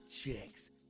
chicks